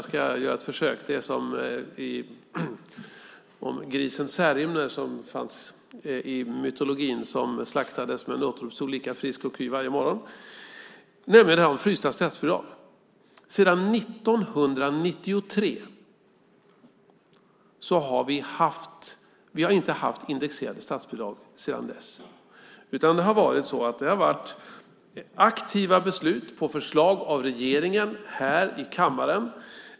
Det är som med grisen Särimner i mytologin som slaktades men återuppstod lika frisk och kry varje morgon, nämligen frysta statsbidrag. Vi har inte haft indexerade statsbidrag sedan 1993. Det har varit aktiva beslut på förslag av regeringen här i kammaren.